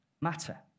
matter